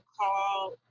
call